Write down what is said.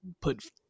put